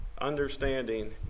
Understanding